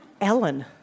Ellen